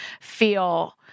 feel